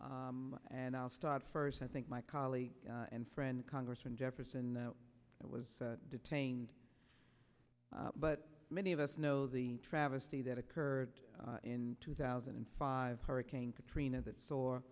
you and i'll start first i think my colleague and friend congressman jefferson that was detained but many of us know the travesty that occurred in two thousand and five hurricane katrina that store